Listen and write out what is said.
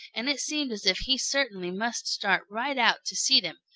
and it seemed as if he certainly must start right out to see them,